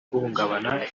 guhungabana